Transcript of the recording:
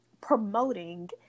promoting